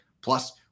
Plus